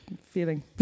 feeling